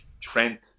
Trent